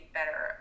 better